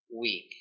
week